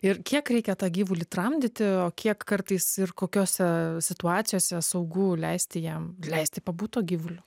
ir kiek reikia tą gyvulį tramdyti o kiek kartais ir kokiose situacijose saugu leisti jam leisti pabūt tuo gyvuliu